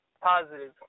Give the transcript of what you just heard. positive